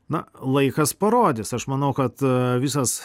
na laikas parodys aš manau kad visos